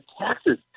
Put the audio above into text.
taxes